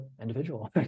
individual